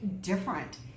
different